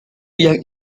yang